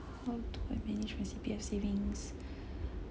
how do I manage my C_P_F savings